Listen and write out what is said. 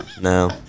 No